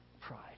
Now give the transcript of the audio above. pride